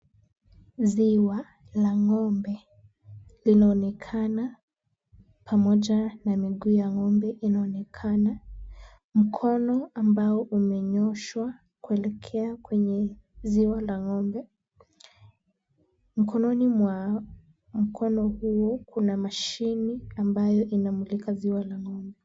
Ziwa la ng'ombe linaonekana pamoja na miguu ya ng'ombe inaonekana. Mkono ambao umenyooshwa kuelekea kwenye ziwa la ng'ombe. Mkononi mwa mkono huo, kuna mashini ambayo inamulika ziwa la ng'ombe.